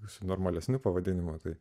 visi normalesni pavadinimą tai